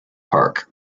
park